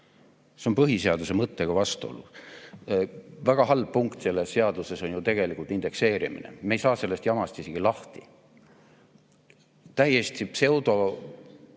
See on põhiseaduse mõttega vastuolus. Väga halb punkt selles seaduses on ju tegelikult indekseerimine, me ei saa sellest jamast isegi lahti. Täiesti pseudoteaduslikud